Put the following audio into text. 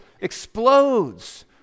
explodes